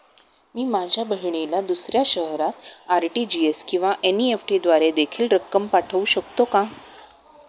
मी माझ्या बहिणीला दुसऱ्या शहरात आर.टी.जी.एस किंवा एन.इ.एफ.टी द्वारे देखील रक्कम पाठवू शकतो का?